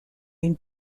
une